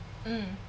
mm